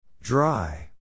Dry